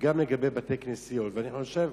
וגם לגבי בתי-כנסיות, ואני חושב